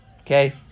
Okay